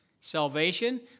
salvation